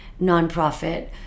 nonprofit